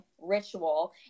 ritual